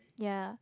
ya